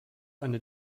eine